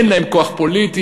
אין להם כוח פוליטי,